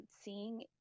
seeing